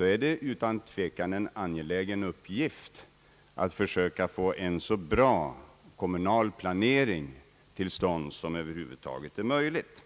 är det utan tvivel en angelägen uppgift att försöka få en så bra kommunal planering till stånd som över huvud taget är möjligt.